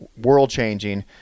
world-changing